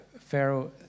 Pharaoh